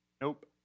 Nope